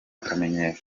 akamenyero